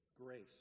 grace